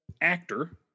Actor